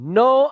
no